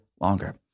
longer